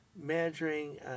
Measuring